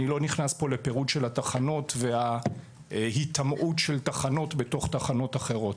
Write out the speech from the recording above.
אני לא נכנס פה לפירוט של התחנות וההתמרות של התחנות בתוך תחנות אחרות.